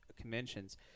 conventions